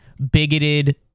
bigoted